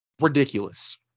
ridiculous